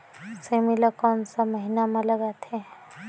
सेमी ला कोन सा महीन मां लगथे?